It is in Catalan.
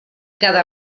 cada